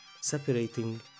separating